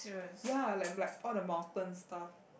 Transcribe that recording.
ya like like all the mountain stuff